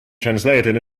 translated